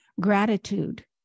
gratitude